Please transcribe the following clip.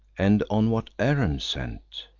and on what errand sent?